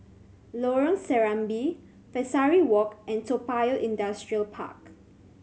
Lorong Serambi Pesari Walk and Toa Payoh Industrial Park